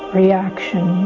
reaction